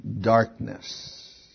darkness